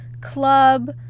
club